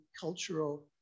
cultural